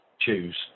choose